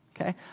Okay